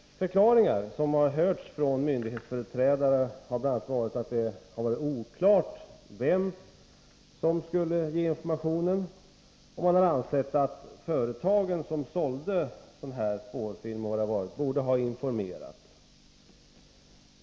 Förklaringar, som har hörts från myndighetsföreträdare, har bl.a. varit att det har varit oklart vem som skulle ge informationen. Man har ansett att företagen som sålde sådan här spårfilm och vad det har varit borde ha informerat.